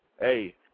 hey